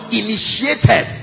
initiated